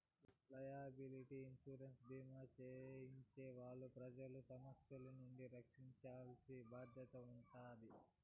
liability insurance భీమా చేయించే వాళ్ళు ప్రజలను సమస్యల నుండి రక్షించాల్సిన బాధ్యత ఉంటాది